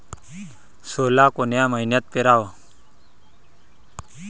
सोला कोन्या मइन्यात पेराव?